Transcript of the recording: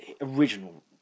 original